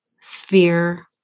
sphere